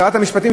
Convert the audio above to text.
שרת המשפטים,